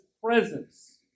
presence